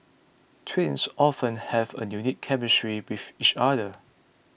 twins often have a unique chemistry with each other